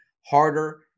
harder –